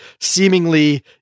seemingly